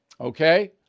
Okay